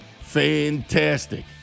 fantastic